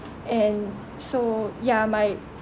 and so ya my